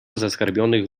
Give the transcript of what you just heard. zaskarbionych